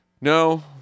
No